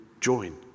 join